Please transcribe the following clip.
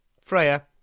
Freya